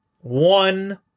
one